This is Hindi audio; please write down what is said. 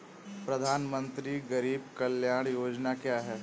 प्रधानमंत्री गरीब कल्याण योजना क्या है?